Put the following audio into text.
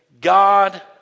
God